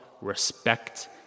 respect